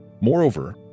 Moreover